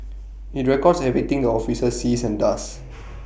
IT records everything the officer sees and does